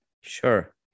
Sure